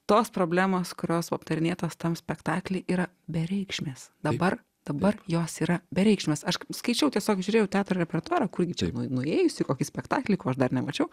tos problemos kurios aptarinėtos tam spektaklyje yra bereikšmės dabar dabar jos yra bereikšmės aš skaičiau tiesiog žiūrėjau teatro repertuarą kurį čia nuėjusi kokį spektaklį kol dar nemačiau